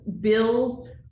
build